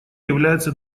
является